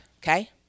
okay